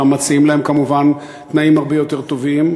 שם מציעים להם כמובן תנאים הרבה יותר טובים,